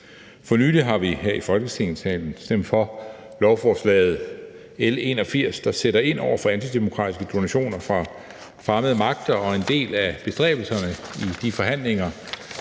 For nylig har vi her i Folketinget stemt for lovforslaget L 81, der sætter ind over for antidemokratiske donationer fra fremmede magter, og en del af bestræbelserne i de forhandlinger